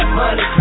money